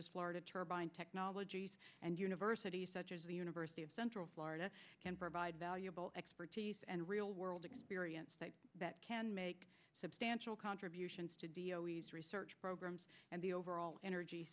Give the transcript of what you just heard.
as florida turbine technology and universities such as the university of central florida can provide valuable expertise and real world experience that can make substantial contributions to research programs and the overall energy